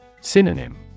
synonym